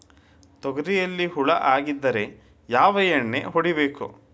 ತೊಗರಿಯಲ್ಲಿ ಹುಳ ಆಗಿದ್ದರೆ ಯಾವ ಎಣ್ಣೆ ಹೊಡಿಬೇಕು?